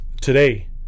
today